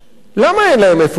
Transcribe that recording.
למה אין להם איפה לגור?